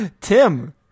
Tim